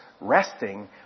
resting